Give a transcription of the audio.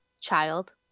child